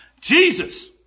Jesus